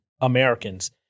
Americans